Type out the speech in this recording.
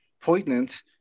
poignant